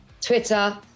Twitter